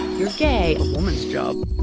you're gay. a woman's job.